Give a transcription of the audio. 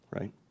right